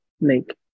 make